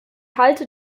halte